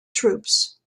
troops